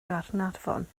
gaernarfon